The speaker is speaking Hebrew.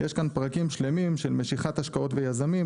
יש כאן פרקים שלמים של משיכת השקעות ויזמים,